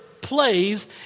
plays